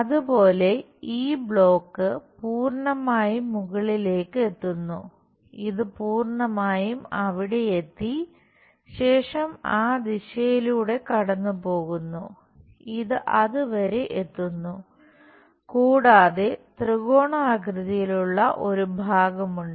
അതുപോലെ ഈ ബ്ലോക്ക് പൂർണമായും മുകളിലേക്ക് എത്തുന്നു ഇത് പൂർണ്ണമായും അവിടെയെത്തി ശേഷം ആ ദിശയിലൂടെ കടന്നുപോകുന്നു ഇത് അതുവരെ എത്തുന്നു കൂടാതെ ത്രികോണാകൃതിയിലുള്ള ഒരു ഭാഗം ഉണ്ട്